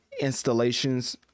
installations